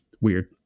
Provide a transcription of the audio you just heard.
weird